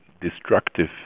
destructive